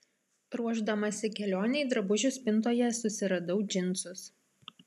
ruošdamasi kelionei drabužių spintoje susiradau džinsus